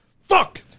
fuck